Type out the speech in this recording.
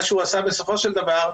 מה שהוא עשה בסופו של דבר,